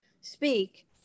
speak